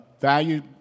value